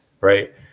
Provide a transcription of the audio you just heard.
right